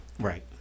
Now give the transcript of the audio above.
right